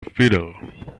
fiddle